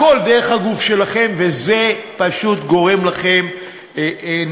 הכול דרך הגוף שלכם, וזה פשוט גורם לכם נזק.